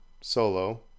solo